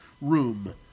room